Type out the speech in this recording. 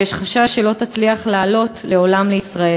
ויש חשש שלא תצליח לעלות לישראל